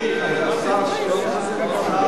והשר שלום שמחון,